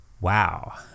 Wow